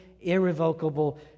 irrevocable